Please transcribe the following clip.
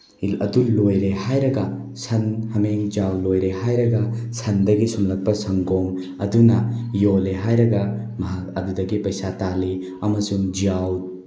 ꯑꯗꯨ ꯂꯣꯏꯔꯦ ꯍꯥꯏꯔꯒ ꯁꯟ ꯍꯃꯦꯡ ꯌꯥꯎ ꯂꯣꯏꯔꯦ ꯍꯥꯏꯔꯒ ꯁꯟꯗꯒꯤ ꯁꯨꯝꯂꯛꯄ ꯁꯪꯒꯣꯝ ꯑꯗꯨꯅ ꯌꯣꯜꯂꯦ ꯍꯥꯏꯔꯒ ꯃꯍꯥꯛ ꯑꯗꯨꯗꯒꯤ ꯄꯩꯁꯥ ꯇꯥꯜꯂꯤ ꯑꯃꯁꯨꯡ ꯌꯥꯎ